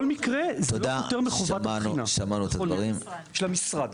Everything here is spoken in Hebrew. פוטר מחובת הבחינה של המשרד.